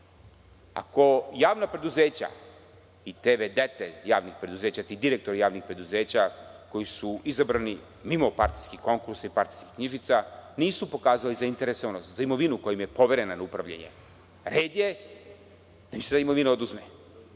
javna preduzeća i ti v.d. direktori javnih preduzeća koji su izabrani mimo partijskih konkursa i partijskih knjižica nisu pokazali zainteresovanost za imovinu koja im je poverena na upravljanje, red je da im se ta imovina oduzme